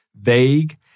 Vague